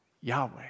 Yahweh